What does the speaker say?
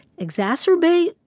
exacerbate